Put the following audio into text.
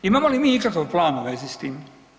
Imamo li mi ikakav plan u vezi s tim?